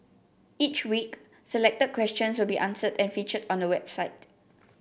each week selected questions will be answered and featured on the website